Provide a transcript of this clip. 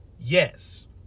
Yes